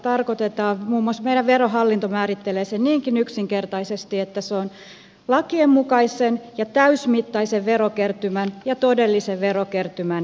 muun muassa meidän verohallinto määrittelee sen niinkin yksinkertaisesti että se on lakien mukaisen ja täysmittaisen verokertymän ja todellisen verokertymän erotus